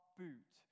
boot